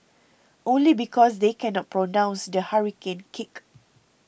only because they cannot pronounce the hurricane kick